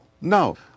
No